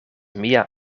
mia